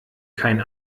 kein